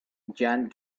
jean